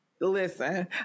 Listen